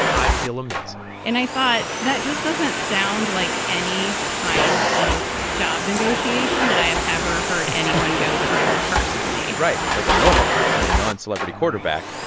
i feel amazing and i thought that just doesn't sound like any kind of job negotiation that i have ever heard anyone go through, personally right. like a normal person a noncelebrity quarterback,